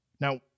Now